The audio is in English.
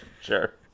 sure